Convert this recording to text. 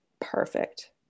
perfect